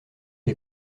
est